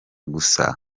gusa